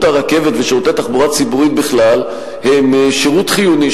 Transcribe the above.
הרכבת ושירותי התחבורה הציבורית בכלל הם שירות חיוני,